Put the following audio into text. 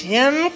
Tim